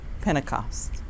Pentecost